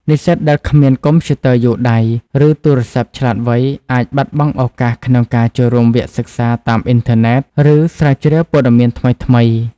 និស្សិតដែលគ្មានកុំព្យូទ័រយួរដៃ ឬទូរសព្ទឆ្លាតវៃអាចបាត់បង់ឱកាសក្នុងការចូលរួមវគ្គសិក្សាតាមអ៊ីនធឺណិត ឬស្រាវជ្រាវព័ត៌មានថ្មីៗ។